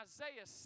Isaiah